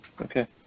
Okay